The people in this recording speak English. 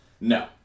No